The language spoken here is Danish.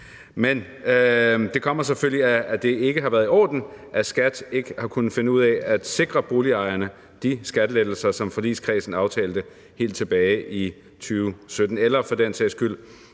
rim. Det kommer selvfølgelig af, at det ikke har været i orden, at skattemyndighederne ikke har kunnet finde ud af at sikre boligejerne de skattelettelser, som forligskredsen aftalte helt tilbage i 2017, eller for den sags skyld